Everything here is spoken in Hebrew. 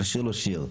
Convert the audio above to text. לשיר לו שיר,